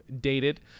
dated